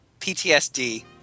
PTSD